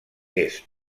est